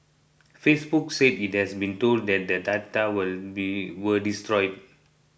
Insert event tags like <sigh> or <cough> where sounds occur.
Facebook said it had been told that the data <unintelligible> were destroyed